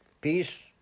peace